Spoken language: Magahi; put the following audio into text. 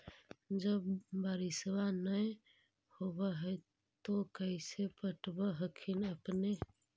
जब बारिसबा नय होब है तो कैसे पटब हखिन अपने?